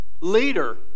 leader